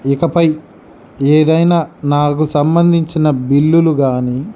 ఇకపై ఏదైనా నాకు సంభందించిన బిల్లులుగాని